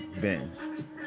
Ben